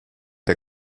der